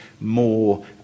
more